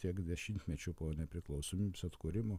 tiek dešimtmečių po nepriklausomybės atkūrimo